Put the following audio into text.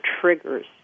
triggers